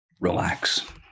Relax